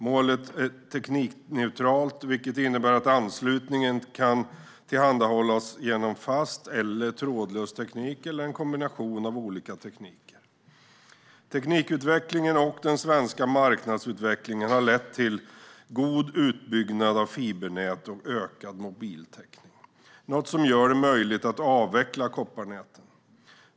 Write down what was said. Målet är teknikneutralt, vilket innebär att anslutningen kan tillhandahållas genom fast eller trådlös teknik, eller en kombination av olika tekniker. Teknikutvecklingen och den svenska marknadsutvecklingen har lett till god utbyggnad av fibernät och ökad mobiltäckning, något som gör det möjligt att avveckla kopparnäten.